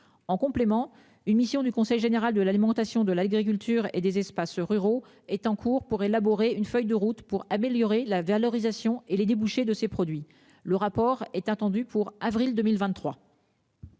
en complément, une mission du Conseil général de l'alimentation de l'agriculture et des espaces ruraux est en cours pour élaborer une feuille de route pour améliorer la valorisation et les débouchés de ces produits. Le rapport est attendu pour avril 2023.